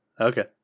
Okay